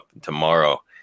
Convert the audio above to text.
tomorrow